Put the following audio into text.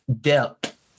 depth